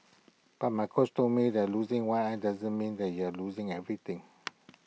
but my coach told me that losing one eye doesn't mean that you have losing everything